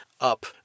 up